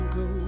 go